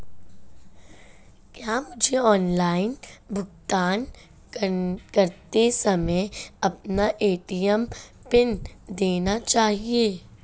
क्या मुझे ऑनलाइन भुगतान करते समय अपना ए.टी.एम पिन देना चाहिए?